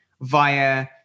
via